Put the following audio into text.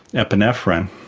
epinephrine,